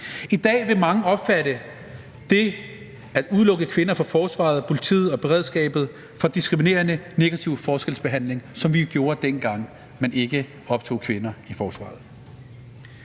I dag vil mange opfatte det at udelukke kvinder fra forsvaret, politiet og beredskabet som diskriminerende negativ forskelsbehandling – altså det, som vi gjorde dengang, man ikke optog kvinder i forsvaret.